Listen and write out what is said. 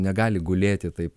negali gulėti taip